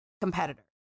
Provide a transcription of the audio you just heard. competitor